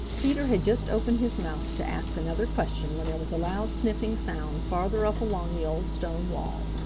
peter had just opened his mouth to ask another question when there was a loud sniffing sound farther up along the old stone wall.